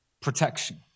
protection